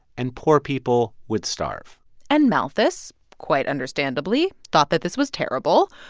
and poor people would starve and malthus, quite understandably, thought that this was terrible.